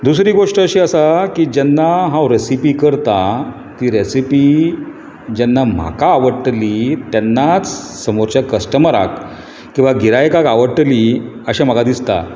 दुसरी गोश्ट अशी आसा की जेन्ना हांव रेसिपी करतां ती रेसिपी जेन्ना म्हाका आवडटली तेन्नाच समोरच्या कस्टमराक किंवा गिरायकाक आवडटली अशें म्हाका दिसता